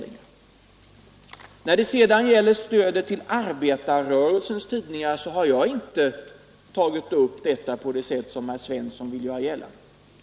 När det sedan gäller stödet till arbetarrörelsens tidningar har jag inte tagit upp det på det sätt som herr Svensson vill göra gällande.